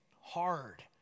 hard